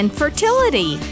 fertility